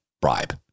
bribe